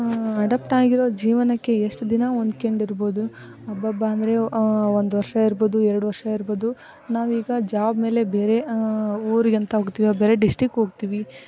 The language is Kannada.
ಅಡಪ್ಟ್ ಆಗಿರೋ ಜೀವನಕ್ಕೆ ಎಷ್ಟು ದಿನ ಹೊಂದ್ಕ್ಯಂಡಿರ್ಬೋದು ಅಬ್ಬಬ್ಬ ಅಂದರೆ ಒಂದು ವರ್ಷ ಇರ್ಬೋದು ಎರಡು ವರ್ಷ ಇರ್ಬೋದು ನಾವು ಈಗ ಜಾಬ್ ಮೇಲೆ ಬೇರೆ ಊರಿಗಂತ ಹೋಗ್ತೀವಿ ಬೇರೆ ಡಿಸ್ಟಿಕ್ ಹೋಗ್ತೀವಿ